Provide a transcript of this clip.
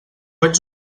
ets